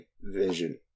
vision